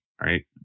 Right